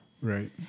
Right